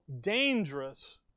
dangerous